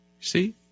See